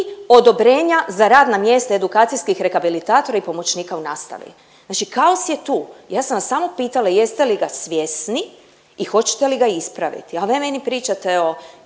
odobrenja za radna mjesta edukacijskih rehabilitatora i pomoćnika u nastavi, znači kaos je tu. Ja sam vas samo pitala jeste li ga svjesni i hoćete li ga ispraviti, a vi meni pričate o